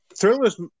Thrillers